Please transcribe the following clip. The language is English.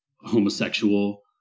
homosexual